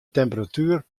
temperatuer